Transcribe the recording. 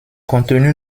contenus